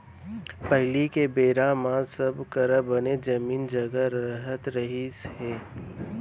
पहिली के बेरा म सब करा बने जमीन जघा रहत रहिस हे